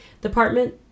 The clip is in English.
Department